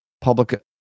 Public